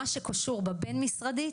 מה שקשור ב"בין משרדי",